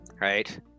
right